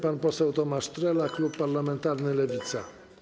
Pan poseł Tomasz Trela, klub parlamentarny Lewica.